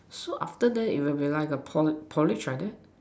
so after that you have a like a po~ porridge like that